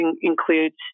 includes